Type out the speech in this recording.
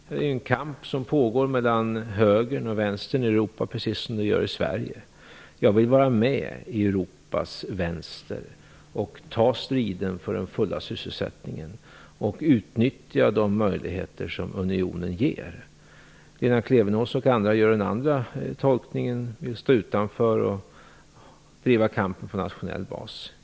Det pågår en kamp mellan högern och vänstern i Europa, precis som i Sverige. Jag vill vara med i Europas vänster, gå in i striden för den fulla sysselsättningen och utnyttja de möjligheter som unionen ger. Lena Klevenås och andra drar den motsatta slutsatse. De vill stå utanför och driva kampen på nationell bas.